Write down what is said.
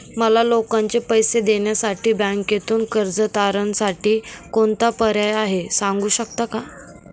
मला लोकांचे पैसे देण्यासाठी बँकेतून कर्ज तारणसाठी कोणता पर्याय आहे? सांगू शकता का?